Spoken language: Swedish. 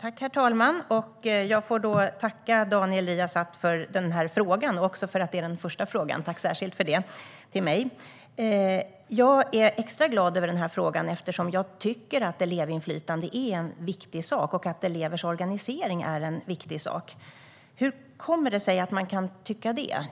Herr talman! Jag får tacka Daniel Riazat för den här frågan. Det är hans första fråga till mig - tack särskilt för det! Jag är extra glad över den här frågan eftersom jag tycker att elevinflytande är en viktig sak och att elevers organisering är en viktig sak. Hur kommer det sig att man kan tycka det?